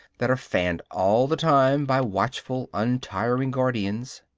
that are fanned all the time by watchful, untiring guardians.